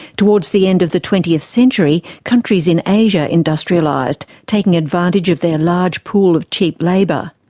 towards the end of the twentieth century, countries in asia industrialised, taking advantage of their large pool of cheap labour.